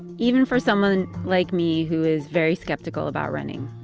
even for someone like me, who is very skeptical about running.